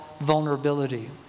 vulnerability